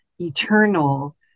eternal